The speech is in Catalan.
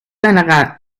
denegar